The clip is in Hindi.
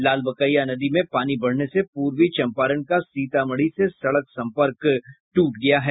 लालबकेया नदी में पानी बढ़ने से पूर्वी चंपारण का सीतामढ़ी से सड़क संपर्क ट्रट गया है